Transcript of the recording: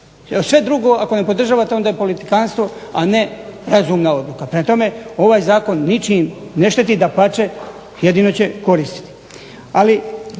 sve drugo ako ne podržavate onda je politikantstvo, a ne razumna odluka. Prema tome, ovaj zakon ničim ne šteti, dapače jedino će koristiti.